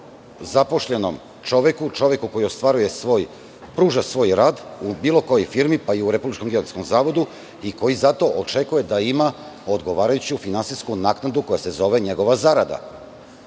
zaposlenom čoveku, čoveku koji pruža svoj rad u bilo kojoj firmi, pa i u Republičkom geodetskom zavodu i koji zato očekuje da ima odgovarajuću finansijsku naknadu, koja se zove njegova zarada.Zašto